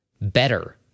better